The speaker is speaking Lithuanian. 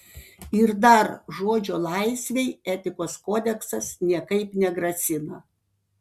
ir dar žodžio laisvei etikos kodeksas niekaip negrasina